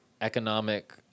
economic